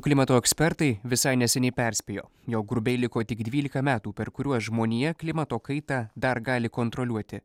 klimato ekspertai visai neseniai perspėjo jog grubiai liko tik dvylika metų per kuriuos žmonija klimato kaitą dar gali kontroliuoti